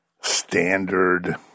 standard